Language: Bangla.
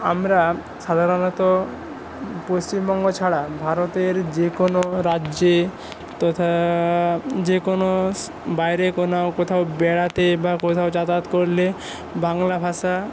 আমরা সাধারণত পশ্চিমবঙ্গ ছাড়া ভারতের যেকোনও রাজ্যে তথা যেকোনও বাইরে কোনও কোথাও বেড়াতে বা কোথাও যাতায়াত করলে বাংলা ভাষা